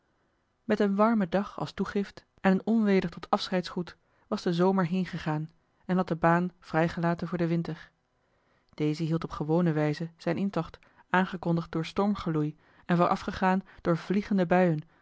met een warmen dag als toegift en een onweder tot afscheidsgroet was de zomer heengegaan en had de baan vrijgelaten voor den winter deze hield op gewone wijze zijn intocht aangekondigd door stormgeloei en voorafgegaan door vliegende buien